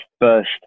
first